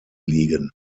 liegen